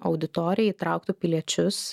auditoriją įtrauktų piliečius